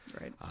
Right